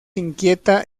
inquieta